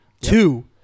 Two